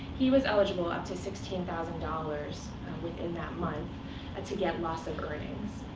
he was eligible ah to sixteen thousand dollars within that month to get loss of earnings,